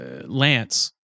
Lance